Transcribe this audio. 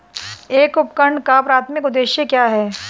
एक उपकरण का प्राथमिक उद्देश्य क्या है?